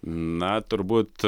na turbūt